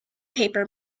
paper